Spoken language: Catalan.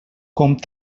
com